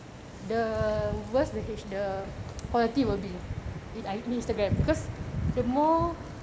the worst the H~ the quality would be I it Instagram because the more